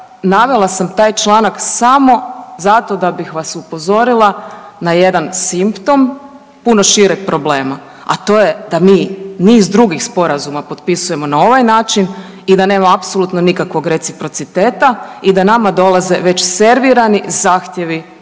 Navela sam taj članak samo zato da bih vas upozorila na jedan simptom puno šireg problema, a to je da mi niz drugih sporazuma potpisujemo na ovaj način i da nema apsolutno nikakvog reciprociteta i da nama dolaze već servirani zahtjevi